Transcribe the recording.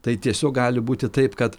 tai tiesiog gali būti taip kad